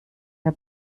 der